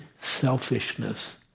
selfishness